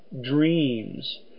dreams